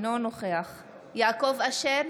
אינו נוכח יעקב אשר,